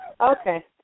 Okay